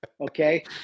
okay